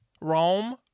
Rome